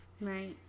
Right